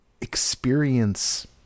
experience